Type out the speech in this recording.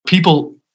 People